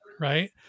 right